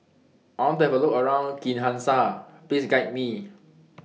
I want to Have A Look around Kinshasa Please Guide Me